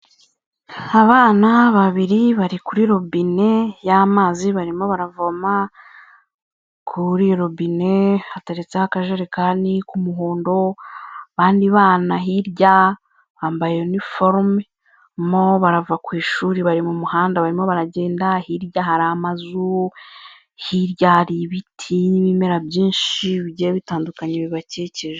Abana babiri bari kuri robine y'amazi barimo baravoma, kuri robine hateretseho akajerekani ku k'umuhondo, abandi bana hirya bambaye uniforme barimo barava ku ishuri bari mu muhanda barimo baragenda, hirya harira amazu, hirya hari ibiti n'ibimera byinshi bigiye bitandukanye bibakikije.